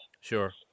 Sure